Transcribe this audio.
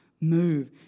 move